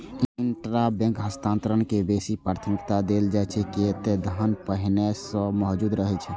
intrabank हस्तांतरण के बेसी प्राथमिकता देल जाइ छै, कियै ते धन पहिनहि सं मौजूद रहै छै